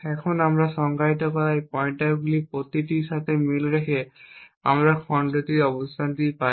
এখন আমরা সংজ্ঞায়িত করা এই পয়েন্টারগুলির প্রতিটির সাথে মিল রেখে আমরা খণ্ডটির অবস্থান পাই